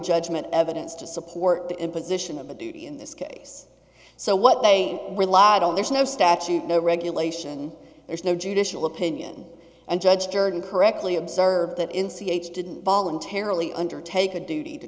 judgment evidence to support the imposition of a duty in this case so what they relied on there's no statute no regulation there's no judicial opinion and judge burton correctly observed that in c h didn't voluntarily undertake a duty to